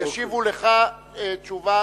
ישיבו לך תשובה.